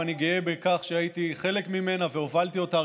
ואני גאה בכך שהייתי חלק ממנה והובלתי אותה,